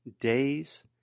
days